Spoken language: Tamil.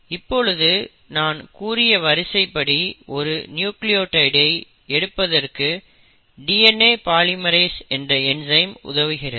இப்பொழுது நாம் கூறிய வரிசை படி ஒரு புதிய நியூக்ளியோடைட் ஐ எடுப்பதற்கு DNA பாலிமெரேஸ் என்ற என்சைம் உதவுகிறது